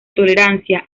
tolerancia